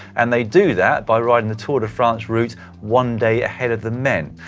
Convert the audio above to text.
and they do that by riding the tour de france's route one day ahead of the men.